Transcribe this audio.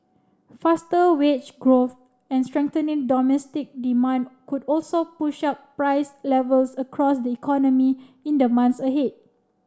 faster wage growth and strengthening domestic demand could also push up price levels across the economy in the months ahead